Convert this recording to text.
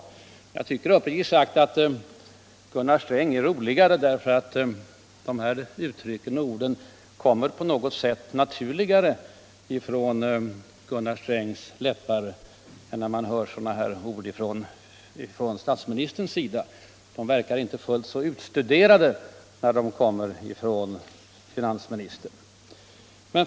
Men jag tycker uppriktigt sagt att Gunnar Sträng är roligare därför att sådana här uttryck och ord på något sätt kommer naturligare från Gunnar Strängs läppar än från statsministerns. De verkar inte fullt så utstuderade när de uttrycks av finansministern.